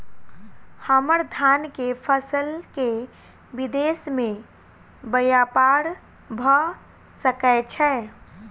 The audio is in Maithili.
हम्मर धान केँ फसल केँ विदेश मे ब्यपार भऽ सकै छै?